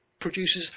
produces